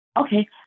Okay